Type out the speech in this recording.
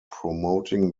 promoting